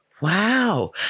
Wow